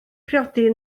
priodi